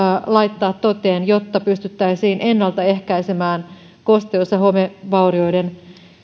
laittaa toteen jotta pystyttäisiin ennaltaehkäisemään kosteus ja homevaurioiden